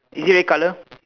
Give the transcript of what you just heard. is it red colour